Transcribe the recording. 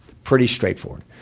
pretty straightforward.